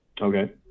Okay